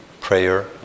Prayer